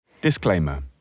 Disclaimer